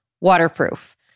waterproof